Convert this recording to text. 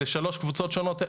אלה שלוש קבוצות שונות.